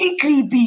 creepy